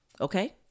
okay